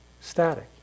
static